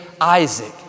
Isaac